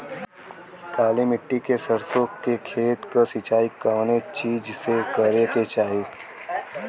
काली मिट्टी के सरसों के खेत क सिंचाई कवने चीज़से करेके चाही?